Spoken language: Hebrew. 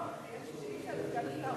לא, יש לי שאילתא לסגן השר.